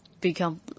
become